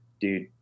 dude